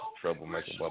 troublemaker